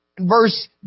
Verse